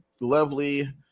lovely